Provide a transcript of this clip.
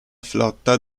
flotta